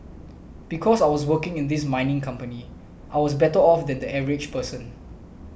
because I was working in this mining company I was better off than the average person